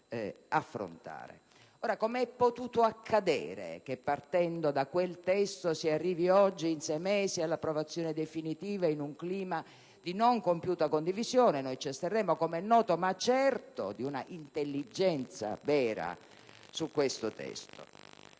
Come è potuto accadere che, partendo da quel testo, si arrivi oggi, in sei mesi, all'approvazione definitiva in un clima di non compiuta condivisione (noi ci asterremo, come è noto), ma certo di una intelligenza vera su questo testo?